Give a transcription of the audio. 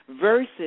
versus